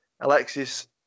Alexis